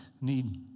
need